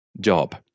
job